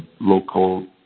local